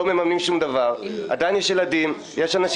שנראה איזה שהוא